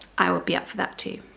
i will be up for that, too.